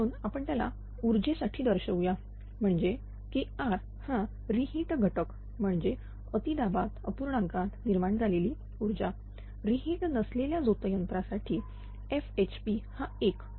म्हणून आपण त्याला उर्जेसाठी दर्शऊया म्हणजेKr हा रि हीट घटक म्हणजेच अति दाबात अपूर्णांकात निर्माण झालेली ऊर्जा रि हीट नसलेल्या झोत यंत्रासाठी FHP हा 1